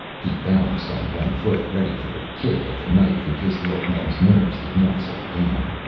he balanced on one foot, ready for a kick at the knife in case the old man's nerves did not settle down.